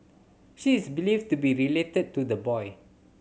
she is believed to be related to the boy